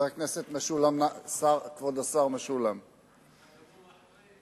כבוד השר משולם נהרי,